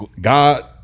God